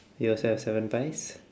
you also have seven pies